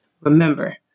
Remember